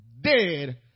dead